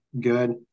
good